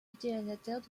utilisateurs